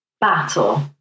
battle